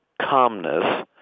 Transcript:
calmness